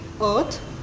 earth